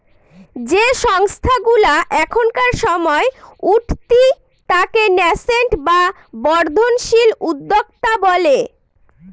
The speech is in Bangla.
যে সংস্থাগুলা এখনকার সময় উঠতি তাকে ন্যাসেন্ট বা বর্ধনশীল উদ্যোক্তা বলে